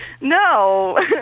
No